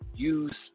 Use